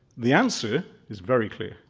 the answer is very clear,